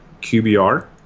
QBR